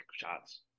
shots